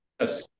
Yes